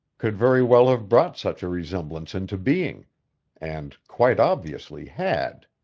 could very well have brought such a resemblance into being and quite obviously had.